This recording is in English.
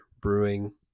Brewing